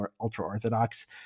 ultra-Orthodox